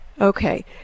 Okay